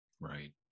Right